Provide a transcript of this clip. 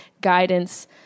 guidance